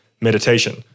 meditation